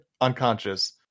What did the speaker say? unconscious